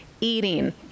eating